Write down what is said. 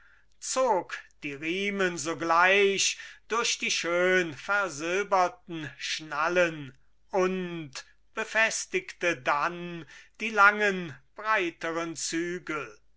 zog die riemen sogleich durch die schön versilberten schnallen und befestigte dann die langen breiteren zügel